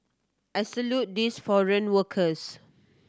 I salute these foreign workers